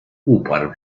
uparł